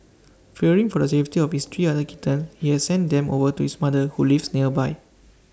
fearing for the safety of his three other kittens he has sent them over to his mother who lives nearby